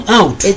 out